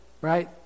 right